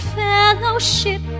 fellowship